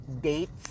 dates